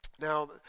Now